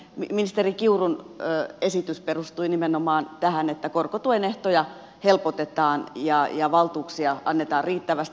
ministeri kiurun esitys perustui nimenomaan tähän että korkotuen ehtoja helpotetaan ja valtuuksia annetaan riittävästi